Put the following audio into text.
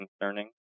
concerning